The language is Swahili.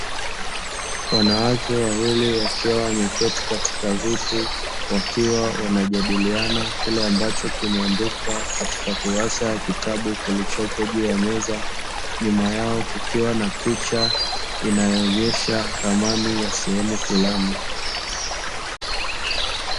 Wanawake wawili wakiwa wameketi katika viti, wakiwa wanajadiliana kile ambacho kimeandikwa katika kurasa ya kitabu kilichopo juu ya meza. Nyuma yao kukiwa na picha inayoonyesha ramani ya sehemu fulani.